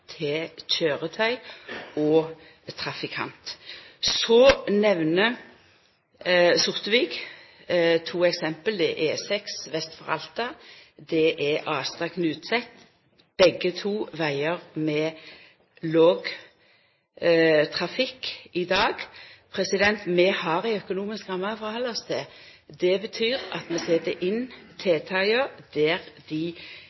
til køyretøy og trafikantar. Så nemner Sortevik to eksempel: Det er E6 vest for Alta, det er Astad–Knutset – begge vegar med låg trafikk i dag. Vi har ei økonomisk ramme å halda oss til. Det betyr at vi set tiltaka inn der dei